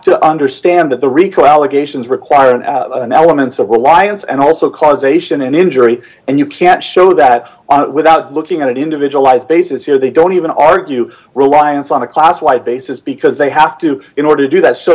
to understand that the rico allegations require an element of the lions and also causation and injury and you can't show that without looking at individualized basis here they don't even argue reliance on a class wide basis because they have to in order to do that s